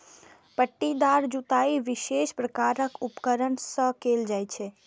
पट्टीदार जुताइ विशेष प्रकारक उपकरण सं कैल जाइ छै